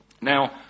Now